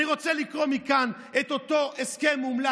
אני רוצה לקרוא מכאן את אותו הסכם אומלל,